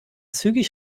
zügig